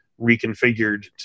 reconfigured